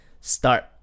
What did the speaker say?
start